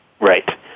Right